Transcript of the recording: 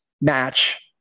match